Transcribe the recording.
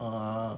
uh